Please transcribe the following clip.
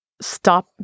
stop